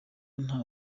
nta